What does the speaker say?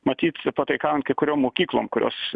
matyt pataikaujant kai kuriom mokyklom kurios